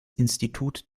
institut